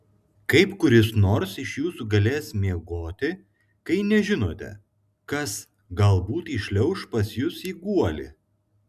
kaip kuris nors iš jūsų galės miegoti kai nežinote kas galbūt įšliauš pas jus į guolį